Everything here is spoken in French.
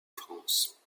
france